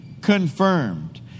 confirmed